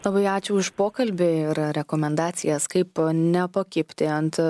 labai ačiū už pokalbį ir rekomendacijas kaip nepakibti ant